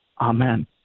amen